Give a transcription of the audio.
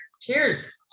Cheers